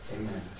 Amen